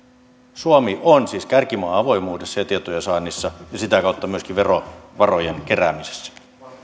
suomi on siis kärkimaa avoimuudessa ja tietojensaannissa ja sitä kautta myöskin verovarojen keräämisessä